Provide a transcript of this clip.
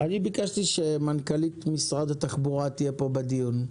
ביקשתי שמנכ"לית משרד התחבורה תהיה פה בדיון.